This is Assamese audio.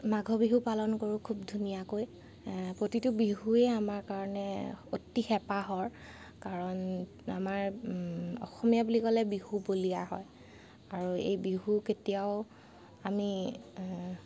মাঘ বিহু পালন কৰোঁ খুব ধুনীয়াকৈ প্ৰতিটো বিহুৱেই আমাৰ কাৰণে অতি হেঁপাহৰ কাৰণ আমাৰ অসমীয়া বুলি ক'লে বিহু বলিয়া হয় আৰু এই বিহু কেতিয়াও আমি